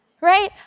right